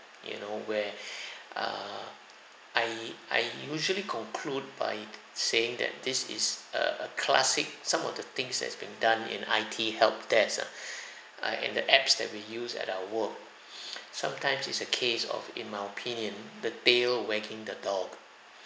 you know where err I I usually conclude by saying that this is a classic some of the things that's been done in I_T help desk ah uh and the apps that we use at our work sometimes it's a case of in my opinion the tail wagging the dog